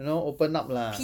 you know open up lah